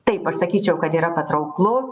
taip aš sakyčiau kad yra patrauklu